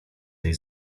tej